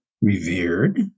revered